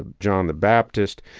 ah john the baptist,